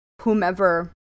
whomever